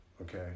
okay